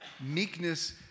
meekness